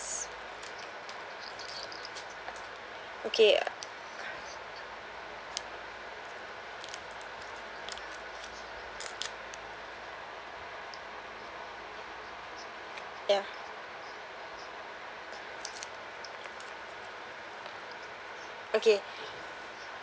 okay ya okay